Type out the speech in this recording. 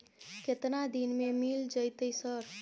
केतना दिन में मिल जयते सर?